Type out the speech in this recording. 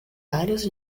vários